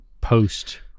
post